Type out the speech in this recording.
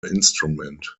instrument